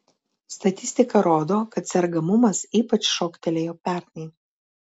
statistika rodo kad sergamumas ypač šoktelėjo pernai